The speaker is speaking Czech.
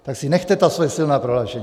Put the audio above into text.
Tak si nechte ta svoje silná prohlášení!